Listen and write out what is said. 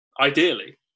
Ideally